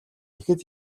ихэд